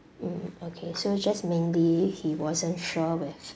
mm mm okay so just mainly he wasn't sure with